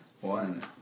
One